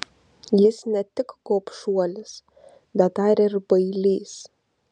jis ne tik gobšuolis bet dar ir bailys